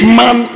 man